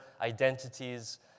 identities